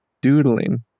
doodling